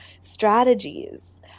strategies